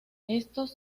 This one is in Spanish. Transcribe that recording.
estos